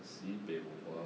sibeh bo hua